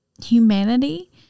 humanity